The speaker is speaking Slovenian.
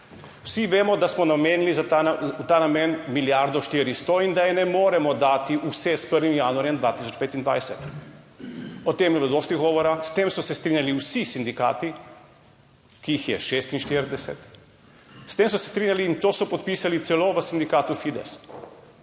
Vsi vemo, da smo namenili v ta namen milijardo 400 in da je ne moremo dati vse s 1. januarjem 2025, o tem je bilo dosti govora, s tem so se strinjali vsi sindikati, ki jih je 46, s tem so se strinjali in to so podpisali celo v sindikatu Fides,